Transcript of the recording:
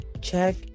check